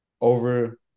over